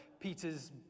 Peter's